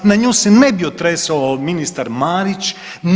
Na nju se ne bi otresao ministar Marić.